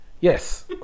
Yes